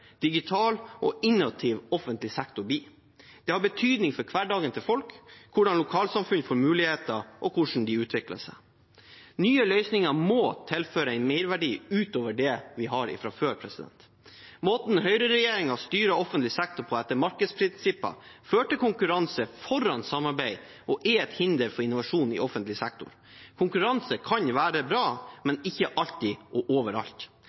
digital og innovativ offentlig sektor blir. Det har betydning for hverdagen til folk, for hvordan lokalsamfunn får muligheter, og for hvordan de utvikler seg. Nye løsninger må tilføre en merverdi utover det vi har fra før. Måten høyreregjeringen styrer offentlig sektor på etter markedsprinsipper, fører til konkurranse foran samarbeid og er et hinder for innovasjon i offentlig sektor. Konkurranse kan være bra, men ikke alltid og overalt.